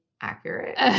accurate